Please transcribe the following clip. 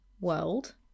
world